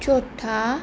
ਚੋਥਾ